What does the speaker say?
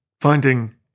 finding